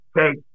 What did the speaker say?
take